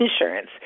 insurance